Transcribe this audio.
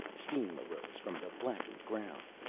steam arose from the blackened ground.